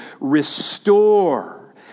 restore